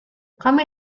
kami